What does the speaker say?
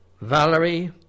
Valerie